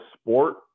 sport